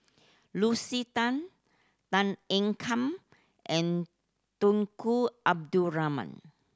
Lucy Tan Tan Ean Kiam and Tunku Abdul Rahman